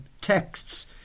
texts